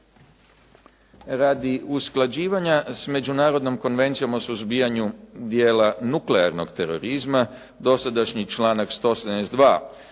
Radi usklađivanja s međunarodnom Konvencijom o suzbijanju dijela nuklearnog terorizma, dosadašnji članak 172.